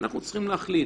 אנחנו צריכים להחליט.